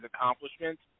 accomplishments